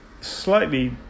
slightly